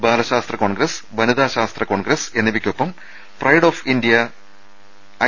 ബാലശാസ്ത്ര Congress വനിതാ ശാസ്ത്ര Congress എന്നിവ യ്ക്കൊപ്പം പ്രൈഡ് ഓഫ് ഇന്ത്യ ഐ